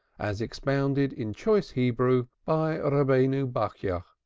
as expounded in choice hebrew by rabbenu bachja,